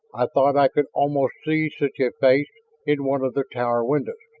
i thought i could almost see such a face in one of the tower windows,